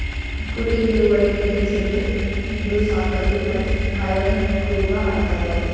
ಕುರಿ ಹಿಂಡುಗೊಳಿಗ್ ಮೇಯಿಸದು, ಹಿಂಡು, ಸಾಕದು ಮತ್ತ್ ಕಾಯೋನಿಗ್ ಕುರುಬ ಅಂತಾರ